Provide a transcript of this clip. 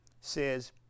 Says